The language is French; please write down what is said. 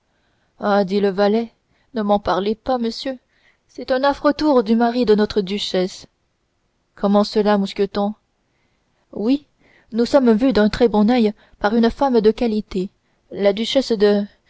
ah dit le valet ne m'en parlez pas monsieur c'est un affreux tour du mari de notre duchesse comment cela mousqueton oui nous sommes vus d'un très bon oeil par une femme de qualité la duchesse de